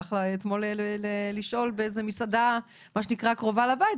והלך אתמול לברר במסעדה הקרובה לבית,